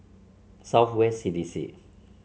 South West C D C